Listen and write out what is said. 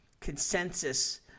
consensus